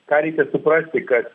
ką reikia suprasti kad